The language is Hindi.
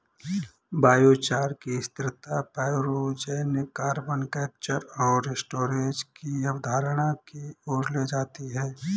बायोचार की स्थिरता पाइरोजेनिक कार्बन कैप्चर और स्टोरेज की अवधारणा की ओर ले जाती है